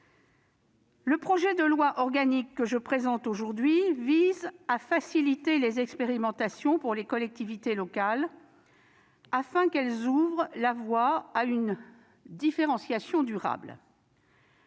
Le projet de loi organique que je présente aujourd'hui vise à faciliter les expérimentations pour les collectivités locales, afin qu'elles ouvrent la voie à une différenciation durable.